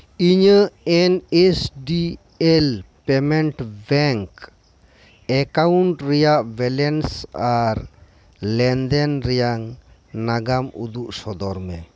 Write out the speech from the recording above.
ᱤᱧᱟᱹᱜ N S D L payment bank account ᱨᱮᱭᱟᱜ balance ᱟᱨ ᱞᱮᱱᱫᱮᱱ ᱨᱮᱭᱟᱝ ᱱᱟᱜᱟᱢ ᱩᱫᱩᱜ ᱥᱚᱫᱚᱨ ᱢᱮ